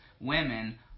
women